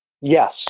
Yes